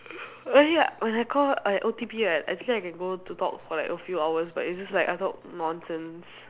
when I call I O_T_P right actually I can go to talk for like a few hours but it's just like I talk nonsense